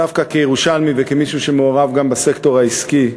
דווקא כירושלמי וכמישהו שמעורב גם בסקטור העסקי,